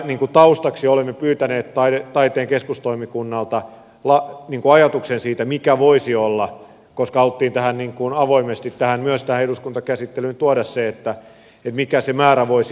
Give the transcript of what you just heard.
taustaksi olemme pyytäneet taiteen keskustoimikunnalta ajatuksen siitä mikä se määrä voisi olla koska myös se haluttiin avoimesti tähän eduskuntakäsittelyyn tuoda se että mikä se määrä voisi